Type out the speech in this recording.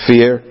Fear